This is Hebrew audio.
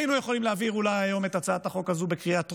היינו יכולים להעביר היום אולי את הצעת החוק בקריאה טרומית,